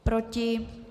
Proti?